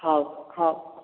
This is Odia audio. ହଉ ହଉ